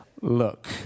look